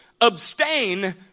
abstain